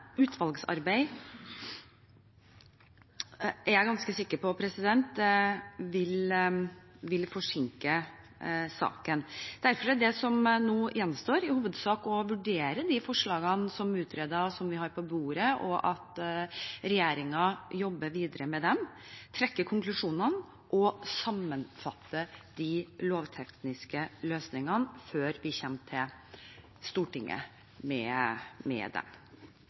utvalgsarbeid er jeg ganske sikker på vil forsinke saken. Derfor er det som nå gjenstår, i hovedsak å vurdere de forslagene som er utredet, og som vi har på bordet, og at regjeringen jobber videre med dem, trekker konklusjonene og sammenfatter de lovtekniske løsningene, før vi kommer Stortinget med dem.